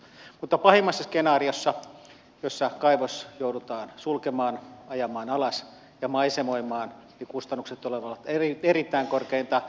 mutta pahimmassa skenaariossa jossa kaivos joudutaan sulkemaan ajamaan alas ja maisemoimaan kustannukset tulevat olemaan erittäin korkeita